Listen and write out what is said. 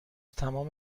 تمام